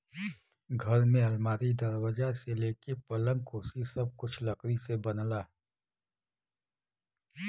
घर में अलमारी, दरवाजा से लेके पलंग, कुर्सी सब कुछ लकड़ी से बनला